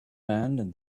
man